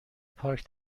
پارک